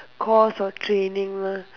course or training lah